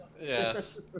Yes